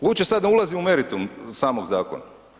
Uopće sad ne ulazim u meritum samog zakona.